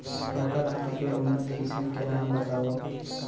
मोटा धान के उन्नत किसिम के नाम बतावव?